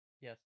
yes